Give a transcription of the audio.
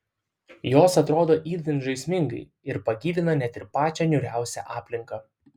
jos atrodo itin žaismingai ir pagyvina net ir pačią niūriausią aplinką